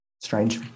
strange